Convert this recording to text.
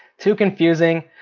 too confusing,